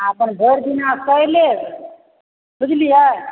आ अपन भरि दिना सहि लेब बुझलियै